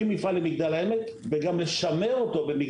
מפעל למגדל העמק וגם לשמר אותו שם,